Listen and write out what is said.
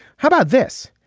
how about this.